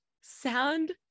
sound